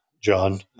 John